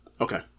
okay